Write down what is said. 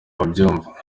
babyumva